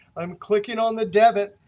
i'm clicking on the debit.